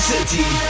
City